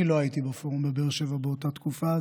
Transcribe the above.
אני לא הייתי בפורום בבאר שבע באותה תקופה,